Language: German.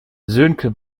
sönke